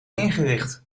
ingericht